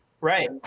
right